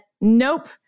Nope